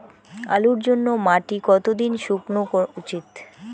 আলুর জন্যে মাটি কতো দিন শুকনো উচিৎ?